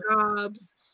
jobs